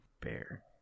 bear